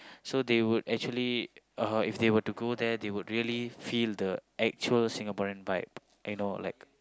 so they would actually uh if they were to go there they would really feel the actual Singaporean vibe like you know like